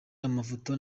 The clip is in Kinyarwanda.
amafoto